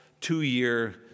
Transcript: two-year